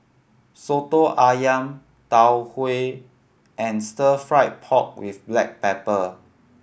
Soto Ayam Tau Huay and Stir Fried Pork With Black Pepper